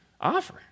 Offer